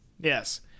Yes